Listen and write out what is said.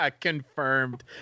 Confirmed